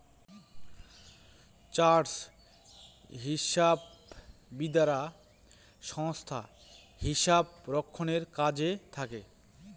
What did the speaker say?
chartered হিসাববিদরা সংস্থায় হিসাব রক্ষণের কাজে থাকে